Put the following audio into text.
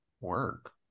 work